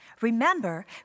Remember